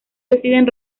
deciden